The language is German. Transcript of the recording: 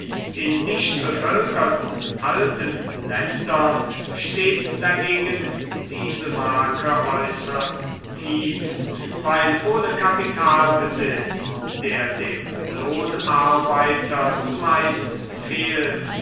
in dicht bevölkerten alten ländern steht dagegen diese marke äußerst tief weil ohne kapitalbesitz der dem lohnarbeiter zumeist fehlt